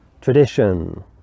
tradition